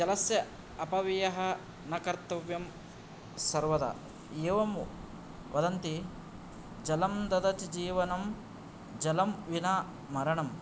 जलस्य अपव्ययः न कर्तव्यं सर्वदा एवं वदन्ति जलं ददति जीवनं जलं विना मरणं